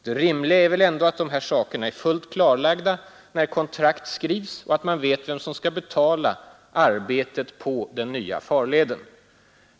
Det rimliga är väl ändå att de sakerna är fullt klarlagda när kontrakt skrivs, och att man vet vem som skall betala arbetet på den nya farleden.